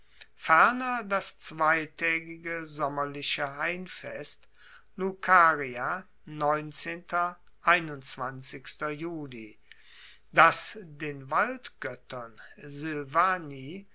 ferner das zweitaegige sommerliche ha das den waldgoettern